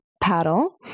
paddle